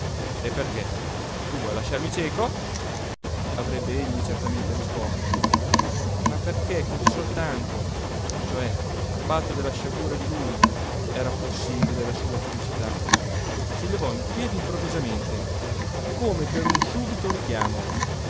e perché tu vuoi lasciarmi cieco avrebbe egli certamente risposto ma perché così soltanto cioè a patto della sciagura di lui era possibile la sua felicità si levò in piedi improvvisamente come per un subita richiamo